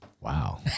Wow